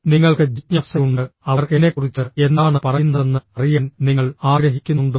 നിങ്ങൾക്ക് ജിജ്ഞാസയുണ്ട് അവർ എന്നെക്കുറിച്ച് എന്താണ് പറയുന്നതെന്ന് അറിയാൻ നിങ്ങൾ ആഗ്രഹിക്കുന്നുണ്ടോ